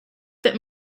that